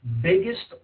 biggest